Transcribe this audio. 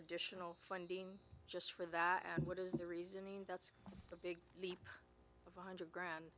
additional funding just for that and what is the reason and that's the big leap of one hundred grand